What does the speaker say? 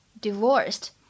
divorced